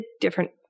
different